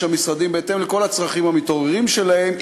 המשרדים בהתאם לכל הצרכים המתעוררים שלהם,